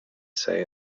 say